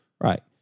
Right